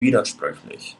widersprüchlich